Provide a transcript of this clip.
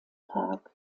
park